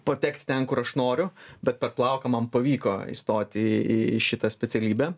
patekt ten kur aš noriu bet per plauką man pavyko įstoti į šitą specialybę